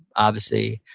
obviously,